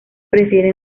prefiere